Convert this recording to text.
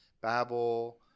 Babel